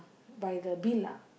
by the bill ah